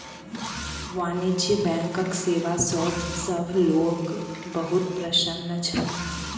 वाणिज्य बैंकक सेवा सॅ सभ लोक बहुत प्रसन्न छल